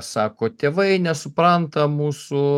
sako tėvai nesupranta mūsų